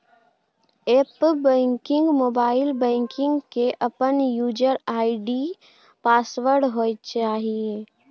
app banking, mobile banking के अपन user ID password होय चाहिए